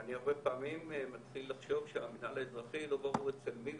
אני הרבה פעמים מתחיל לחשוב שהמנהל האזרחי לא ברור אצל מי,